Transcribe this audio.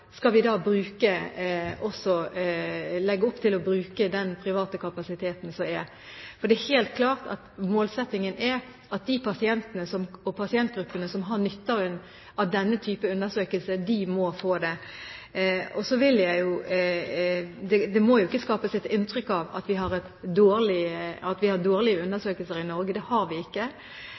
skal vi legge opp til å bruke den private kapasiteten som er? For det er helt klart at målsettingen er at de pasientene og pasientgruppene som har nytte av denne type undersøkelse, må få det. Det må ikke skapes et inntrykk av at vi har dårlige undersøkelser i Norge. Det har vi ikke.